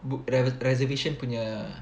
book reservation punya